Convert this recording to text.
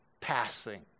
passing